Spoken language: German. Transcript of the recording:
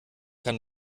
kann